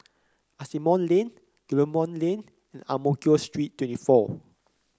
Asimont Lane Guillemard Lane Ang Mo Kio Street twenty four